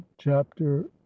Chapter